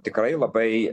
tikrai labai